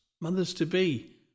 Mothers-to-be